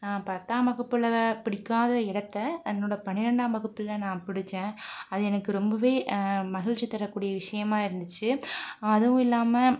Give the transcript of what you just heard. நான் பத்தாம் வகுப்பில் பிடிக்காத இடத்தை என்னோடய பனிரெண்டாம் வகுப்பில் நான் பிடிச்சேன் அது எனக்கு ரொம்பவே மகிழ்ச்சி தரக்கூடிய விஷியமாக இருந்துச்சு அதுவும் இல்லாமல்